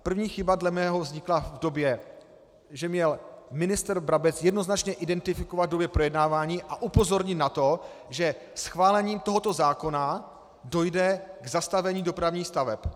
První chyba dle mého vznikla v době, že měl ministr Brabec jednoznačně identifikovat v době projednávání a upozornit na to, že schválením tohoto zákona dojde k zastavení dopravních staveb.